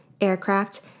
aircraft